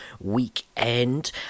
weekend